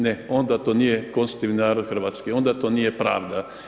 Ne, onda to nije konstitutivni narod Hrvatske, onda to nije pravda.